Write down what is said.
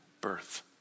birth